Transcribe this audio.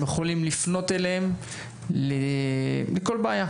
שהוא יכול לפנות אליהם בכל בעיה,